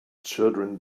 children